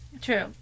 True